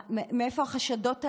מאיפה החשדות האלה?